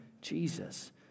Jesus